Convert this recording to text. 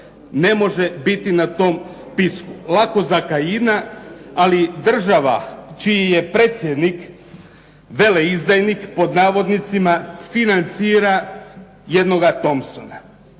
ne može biti na tom spisku. Lako za Kajina, ali država čiji je predsjednik "veleizdajnik" financira jednoga Thompsona.